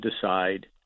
decide